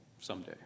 someday